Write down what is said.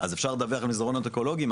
אז אפשר לדווח על מסדרונות האקולוגיים,